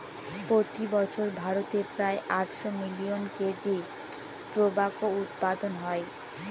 প্রতি বছর ভারতে প্রায় আটশো মিলিয়ন কেজি টোবাকো উৎপাদন হয়